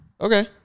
Okay